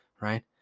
right